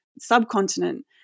subcontinent